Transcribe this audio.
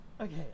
Okay